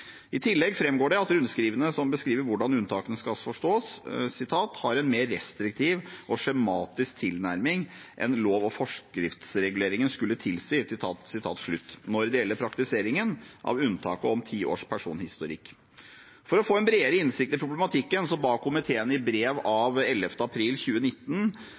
I tillegg framgår det at rundskrivene som beskriver hvordan unntakene skal forstås, «har en mer restriktiv og skjematisk tilnærming enn lov- og forskriftsreguleringen skulle tilsi» når det gjelder praktiseringen av unntaket om ti års personhistorikk. For å få en bredere innsikt i problematikken ba komiteen i brev av 11. april 2019